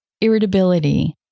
irritability